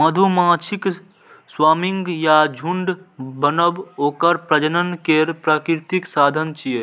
मधुमाछीक स्वार्मिंग या झुंड बनब ओकर प्रजनन केर प्राकृतिक साधन छियै